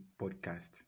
Podcast